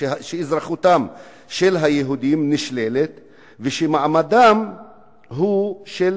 שאזרחותם של היהודים נשללת ושמעמדם הוא של